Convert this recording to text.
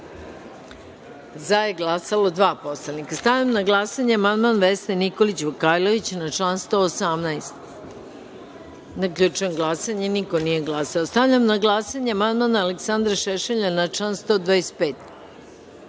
za – dva poslanika. Stavljam na glasanje amandman Vesne Nikolić Vukajlović na član 118.Zaključujem glasanje: niko nije glasao. Stavljam na glasanje amandman Aleksandra Šešelja na član